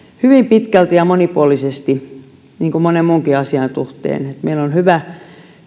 hyvin pitkälti ja monipuolisesti niin kuin monen muunkin asian suhteen meillä on hyvä